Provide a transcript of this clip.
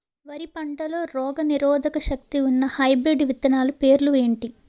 వరి పంటలో రోగనిరోదక శక్తి ఉన్న హైబ్రిడ్ విత్తనాలు పేర్లు ఏంటి?